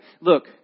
look